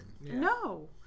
No